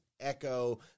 echo